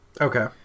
Okay